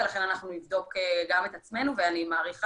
לכן אנחנו נבדוק גם את עצמנו ואני מעריכה